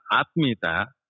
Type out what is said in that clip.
atmita